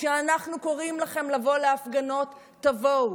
כשאנחנו קוראים לכם לבוא להפגנות, תבואו.